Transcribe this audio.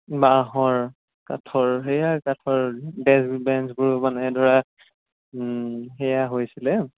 বাঁহৰ কাঠৰ সেয়া কাঠৰ ডেস্ক বেঞ্চবোৰ মানে ধৰা সেয়া হৈছিলে